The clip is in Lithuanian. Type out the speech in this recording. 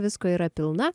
visko yra pilna